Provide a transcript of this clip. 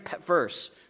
verse